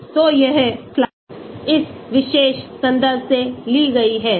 तो यह स्लाइड इस विशेष संदर्भ से ली गई थी